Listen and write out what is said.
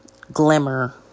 glimmer